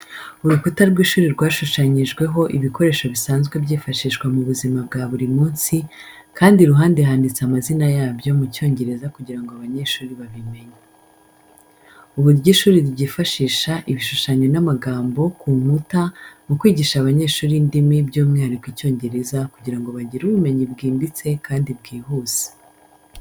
Urukuta rw’ishuri rwashushanyweho ibikoresho bisanzwe bifashishwa mu buzima bwa buri munsi, kandi iruhande handitseho amazina yabyo mu Cyongereza kugira ngo abanyeshuri babimenye. Uburyo ishuri ryifashisha ibishushanyo n'amagambo ku nkuta mu kwigisha abanyeshuri indimi, by’umwihariko Icyongereza kugira ngo bagire ubumenyi bwimbitse kandi bwihuse.